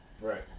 Right